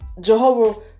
Jehovah